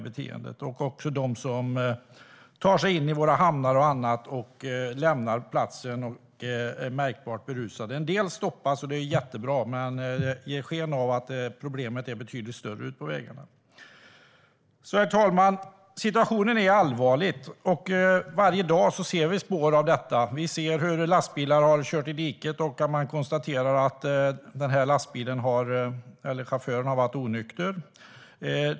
Det handlar också om dem som kör från våra hamnar märkbart berusade. En del stoppas, vilket är jättebra, men det verkar som att problemet är betydligt större ute på vägarna. Herr talman! Situationen är allvarlig. Varje dag ser vi spår av detta. Vi ser att lastbilar har kört i diket, och man kan konstatera att chauffören har varit onykter.